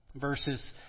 Verses